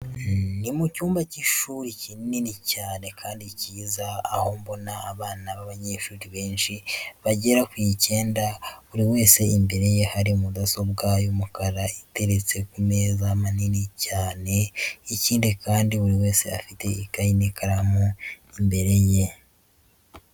Ni mu cyumba cy'ishuri kinini cyane kandi cyiza aho mbona abana b'abanyeshuri benshi bagera ku icyenda, buri wese imbere ye hari mudasoba y'umukara iteretse ku meza manini cyane, ikindi kandi buri wese afite ikayi n'ikaramu imbere ye.